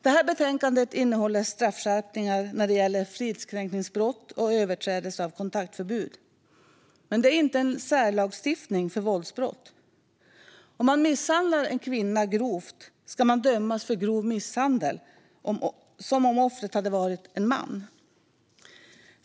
Det här betänkandet innehåller straffskärpningar när det gäller fridskränkningsbrott och överträdelse av kontaktförbud. Men det är inte en särlagstiftning för våldsbrott. Om man misshandlar en kvinna grovt ska man dömas för grov misshandel, som om offret hade varit en man.